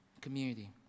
community